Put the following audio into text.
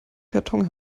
karton